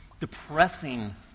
depressing